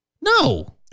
No